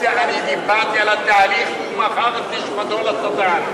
אני דיברתי על התהליך, והוא מכר את נשמתו לשטן.